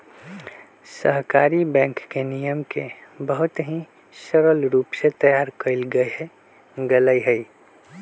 सहकारी बैंक के नियम के बहुत ही सरल रूप से तैयार कइल गैले हई